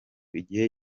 igihe